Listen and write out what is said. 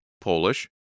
Polish